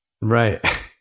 Right